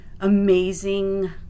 amazing